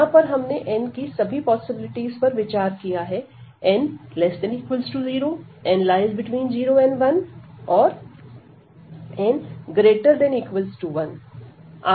यहां पर हमने n की सभी पॉसिबिलिटी पर विचार किया है n ≤ 0 0n1 1 ≤ n